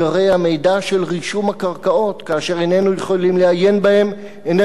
כאשר איננו יכולים לעיין בהם איננו יכולים לעסוק בחוקיות.